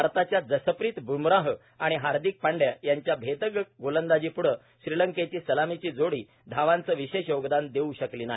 भारताच्या जसप्रित बुमराह आणि हार्दिक पांड्या यांच्या भेदक गोलंदाजीपुढं श्रीलंकेची सलामीची जोडी यावांचं विशे योगदान देऊ कली नाही